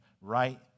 right